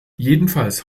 jedenfalls